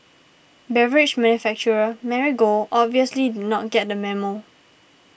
beverage manufacturer Marigold obviously did not get the memo